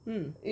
mm